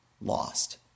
lost